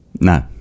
No